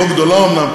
לא גדולה אומנם,